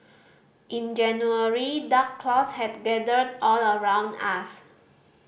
in January dark clouds had gathered all around us